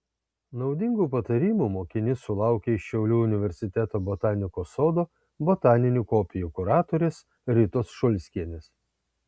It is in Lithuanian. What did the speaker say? naudingų patarimų mokinys sulaukia iš šiaulių universiteto botanikos sodo botaninių kopijų kuratorės ritos šulskienės